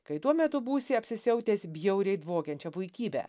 kai tuo metu būsi apsisiautęs bjauriai dvokiančia puikybe